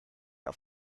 auf